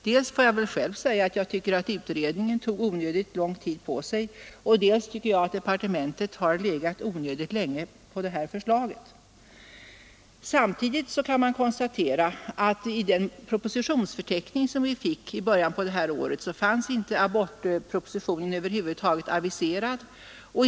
Dels tycker jag — det måste jag själv säga — att utredningen tog onödigt lång tid på sig, dels tycker jag att departementet har legat onödigt länge på det här förslaget. Samtidigt kan man konstatera att i den propositionsförteckning som vi fick i början av det här året fanns inte abortpropositionen över huvud taget aviserad.